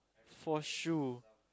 for shoe